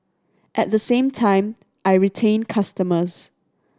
at the same time I retain customers